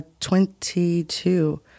22